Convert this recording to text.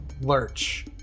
lurch